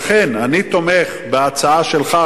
לכן אני תומך בהצעה שלך,